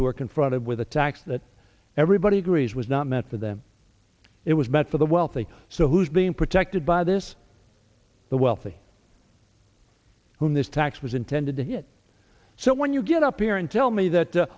who are confronted with a tax that everybody agrees was not meant for them it was meant for the wealthy so who's being protected by this the wealthy in this tax was intended to hit so when you get up here and tell me that